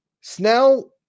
Snell